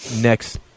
next